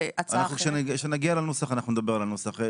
כשנגיע לנוסח, נדבר על הנוסח.